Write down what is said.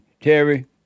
Terry